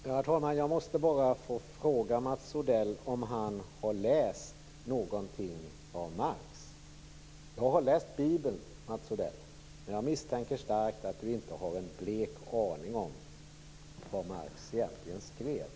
Herr talman! Jag måste bara få fråga Mats Odell om han har läst någonting av Marx. Jag har läst Bibeln, Mats Odell. Men jag misstänker starkt att Mats Odell inte har en blek aning om vad Marx egentligen skrev.